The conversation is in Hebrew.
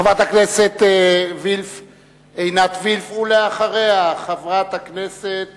חברת הכנסת עינת וילף, ואחריה, חברת הכנסת